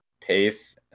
pace